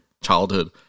childhood